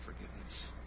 forgiveness